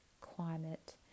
climate